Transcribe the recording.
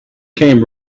came